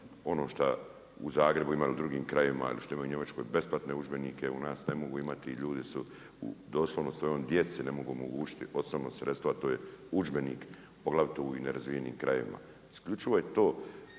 ono šta u Zagrebu ima i u drugim krajevima, ali u Njemačkoj besplatne udžbenike, u nas ne mogu imati, ljudi doslovno svojoj ne mogu omogućiti osnovna sredstva to je udžbenik, poglavito u nerazvijenim krajevima. Isključivo je to